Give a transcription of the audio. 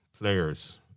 players